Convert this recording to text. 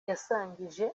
yasangije